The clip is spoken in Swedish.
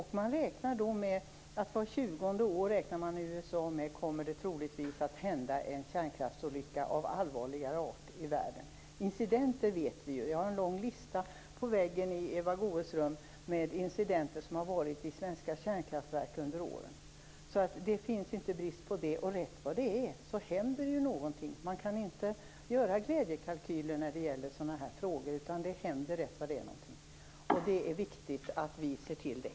I USA räknar man med att det var tjugonde år troligtvis kommer att hända en kärnkraftsolycka av allvarligare art i världen. Att det förekommit incidenter vet vi. Vi har en hel lista på väggen i Eva Goës rum med incidenter som har varit i svenska kärnkraftverk under åren, så det är ingen brist på sådana. Rätt vad det är händer det någonting. Man kan inte göra glädjekalkyler när det gäller sådana här frågor, för rätt vad det är händer det någonting.